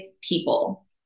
people